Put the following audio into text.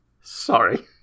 Sorry